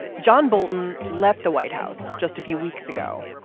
john bolton left the white house just a few weeks ago.